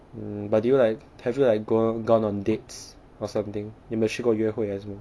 mm but do you like have you like go on gone on dates or something 有没有去过约会还是什么